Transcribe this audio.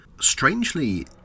strangely